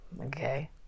okay